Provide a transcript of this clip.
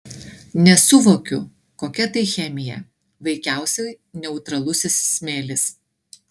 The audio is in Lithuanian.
nesuvokiu kokia tai chemija veikiausiai neutralusis smėlis